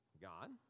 God